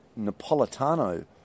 Napolitano